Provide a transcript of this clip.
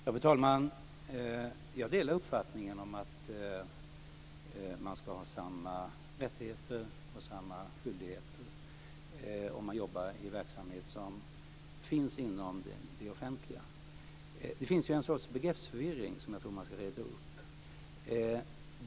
Fru talman! Jag delar uppfattningen om att man ska ha samma rättigheter och samma skyldigheter oavsett om man jobbar i verksamhet som finns inom det offentliga eller inte. Det finns en sorts begreppsförvirring, som jag tror att man ska reda upp.